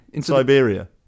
Siberia